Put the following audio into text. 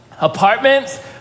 apartments